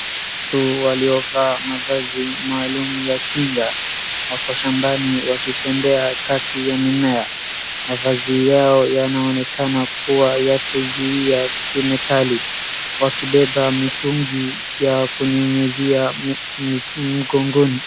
Watu waliovaa mavazi maalum ya kinga, wako shambani wakitembea kati ya mimea, mavazi yao yanaonekana kuwa yako juu ya kemikali, wakibeba mitungi ya kunyunyizia migongoni.